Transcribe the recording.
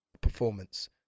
performance